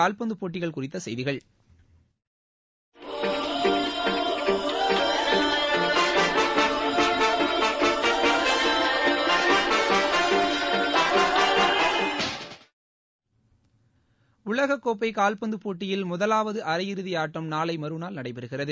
கால்பந்து போட்டிகள் குறித்த செய்திகள் உலகக் கோப்பை கால்பந்து போட்டியில் முதலாவது அரையிறுதி ஆட்டம் நாளை மறுநாள் நடைபெறுகிறது